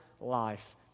life